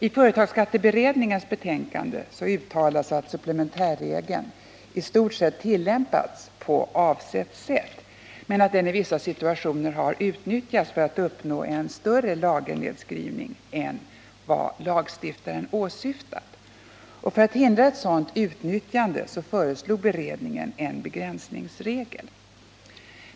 I företagsskatteberedningens betänkande uttalas att supplementärregeln i stort sett tillämpats på avsett sätt, men att den i vissa situationer har utnyttjats för att uppnå en större nedskrivning än vad lagstiftaren åsyftat. För att hindra ett sådant utnyttjande föreslog beredningen en begränsningsregel.